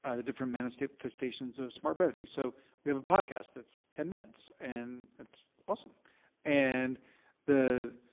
ah the different manifestations of smart brevity. so we have a podcast that's ten minutes, and it's awesome and the,